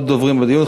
יש עוד דוברים בדיון.